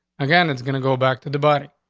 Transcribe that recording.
again, it's gonna go back to the body.